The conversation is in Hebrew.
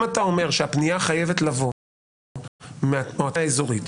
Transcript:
אם אתה אומר שהפנייה חייבת לבוא מהמועצה האזורית,